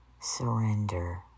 Surrender